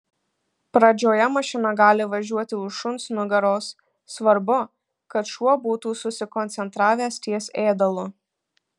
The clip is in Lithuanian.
pradžioje mašina gali važiuoti už šuns nugaros svarbu kad šuo būtų susikoncentravęs ties ėdalu